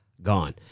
Gone